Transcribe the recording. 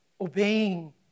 obeying